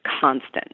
constant